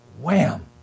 wham